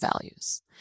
values